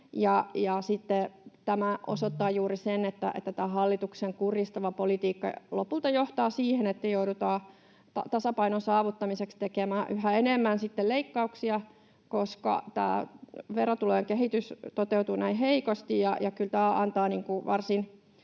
tämä osoittaa juuri sen, että tämä hallituksen kurjistava politiikka lopulta johtaa siihen, että joudutaan tasapainon saavuttamiseksi tekemään yhä enemmän leikkauksia, koska tämä verotulojen kehitys toteutuu näin heikosti. Kyllä tämä antaa varsin